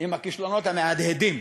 עם הכישלונות המהדהדים